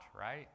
right